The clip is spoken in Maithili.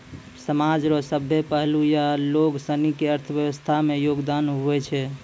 समाज रो सभ्भे पहलू या लोगसनी के अर्थव्यवस्था मे योगदान हुवै छै